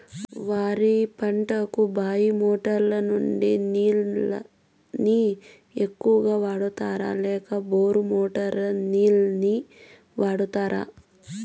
వరి పంటకు బాయి మోటారు నుండి నీళ్ళని ఎక్కువగా వాడుతారా లేక బోరు మోటారు నీళ్ళని వాడుతారా?